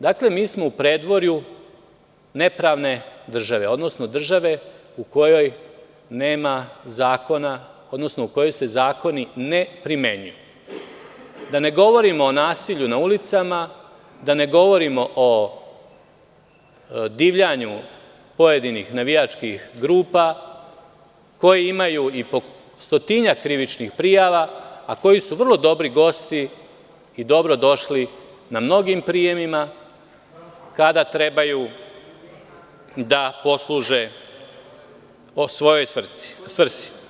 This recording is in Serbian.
Dakle, mi smo u predvorju nepravne države, odnosno države u kojoj nema zakona, odnosno u kojoj se zakoni ne primenjuju, da ne govorim o nasilju na ulicama, da ne govorim o divljanju pojedinih navijačkih grupa koje imaju i po stotinak krivičnih prijava, a koji su vrlo dobri gosti i dobrodošli na mnogim prijemima kada trebaju da posluže po svojoj svrsi.